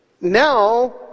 now